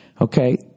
Okay